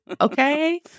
Okay